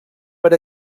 per